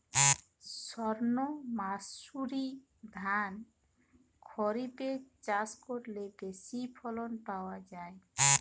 সর্ণমাসুরি ধান খরিপে চাষ করলে বেশি ফলন পাওয়া যায়?